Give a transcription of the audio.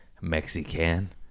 Mexican